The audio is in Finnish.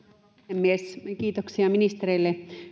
puhemies kiitoksia ministereille